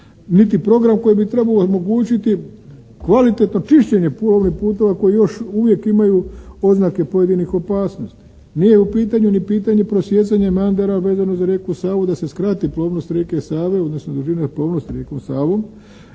niti program koji bi trebao omogućiti kvalitetno čišćenje plovnih putova koji još uvijek imaju oznake pojedinih opasnosti. Nije u pitanju ni pitanje prosijecanja Mandara vezano za rijeku Savu da se skrati plovnost rijeke Save odnosno dužine plovnosti rijekom Savom